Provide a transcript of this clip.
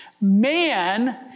man